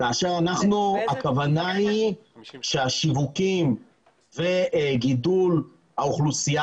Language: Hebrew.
הכוונה היא שהשיווקים וגידול האוכלוסייה